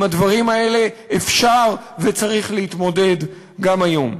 עם הדברים האלה אפשר וצריך להתמודד גם היום.